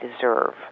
deserve